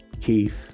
Keith